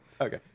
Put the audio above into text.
okay